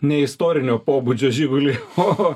ne istorinio pobūdžio žigulį o